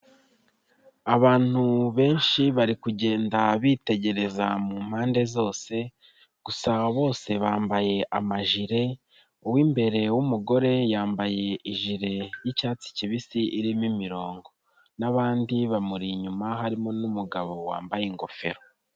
Abantu benshi bari kugenda bitegereza mu mpande zose gusa bose bambaye amajir,e uw'imbere w'umugore yambaye ijire y'icyatsi kibisi irimo imirongo n'abandi bamuri inyuma harimo n'umugabo wambaye ingofero.